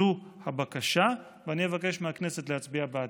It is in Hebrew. זו הבקשה, ואני מבקש מהכנסת להצביע בעדה.